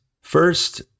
first